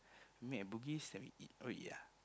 met at Bugis then we eat what we eat ah